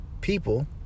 people